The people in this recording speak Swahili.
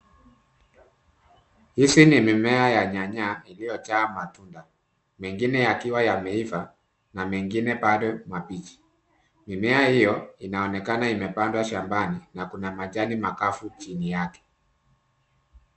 Hizi ni mimea ya nyanya iliyojaa matunda. Mengine yakiwa yameiva na mengine bado mabichi. Mimea hio inaonekana imepandwa shambani, na kuna majani makavu chini yake.